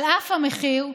על אף המחיר,